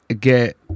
get